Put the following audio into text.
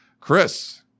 Chris